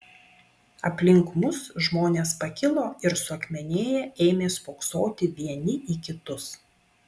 aplink mus žmonės pakilo ir suakmenėję ėmė spoksoti vieni į kitus